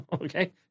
okay